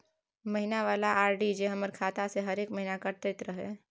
महीना वाला आर.डी जे हमर खाता से हरेक महीना कटैत रहे?